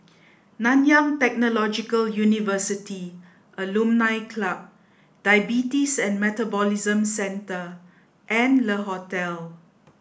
Nanyang Technological University Alumni Club Diabetes and Metabolism Centre and Le Hotel